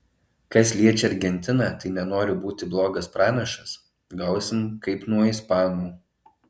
kas liečia argentiną tai nenoriu būti blogas pranašas gausim kaip nuo ispanų